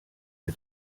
wir